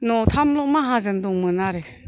नथामल' माहाजोन दंमोन आरो